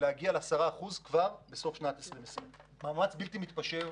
להגיע ל-10% כבר בסוף שנת 2020. עשינו מאמץ בלתי מתפשר,